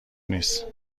نیست